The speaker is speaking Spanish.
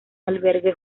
albergue